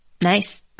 nice